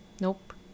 Nope